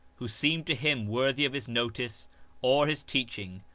who seemed to him worthy of his notice or his teaching,